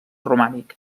romànic